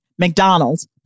McDonald's